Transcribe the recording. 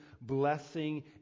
blessing